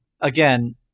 Again